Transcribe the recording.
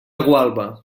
gualba